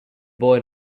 boy